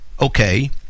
okay